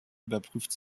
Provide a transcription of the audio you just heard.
überprüft